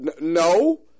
no